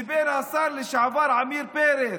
לבין השר לשעבר עמיר פרץ,